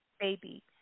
Baby